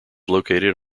located